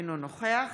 אינו נוכח